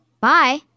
bye